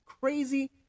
crazy